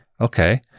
Okay